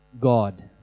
God